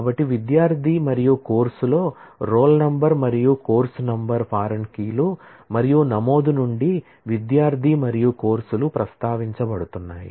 కాబట్టి విద్యార్థి మరియు కోర్సులో రోల్ నంబర్ మరియు కోర్సు నంబర్ ఫారిన్ కీ లు మరియు నమోదు నుండి విద్యార్థి మరియు కోర్సులు ప్రస్తావించబడుతున్నాయి